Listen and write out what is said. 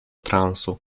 transu